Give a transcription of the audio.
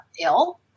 ill